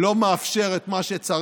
לא מאפשר את מה שצריך,